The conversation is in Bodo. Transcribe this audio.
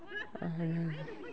आरो